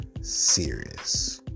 serious